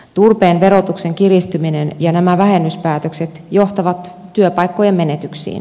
turpeen verotuksen kiristyminen ja nämä vähennyspäätökset johtavat työpaikkojen menetyksiin